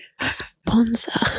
Sponsor